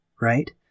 right